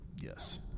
Yes